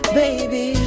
baby